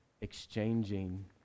exchanging